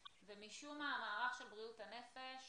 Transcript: ומשום מה המערך של בריאות הנפש